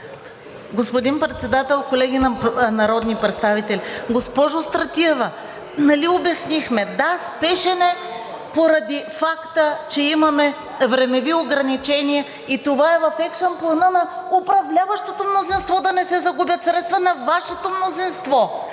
Господин Председател, колеги народни представители! Госпожо Стратиева, нали обяснихме – да, спешен е поради факта, че имаме времеви ограничения, и това е в екшън плана на управляващото мнозинство – да не се загубят средства, на Вашето мнозинство,